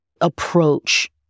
approach